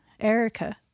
Erica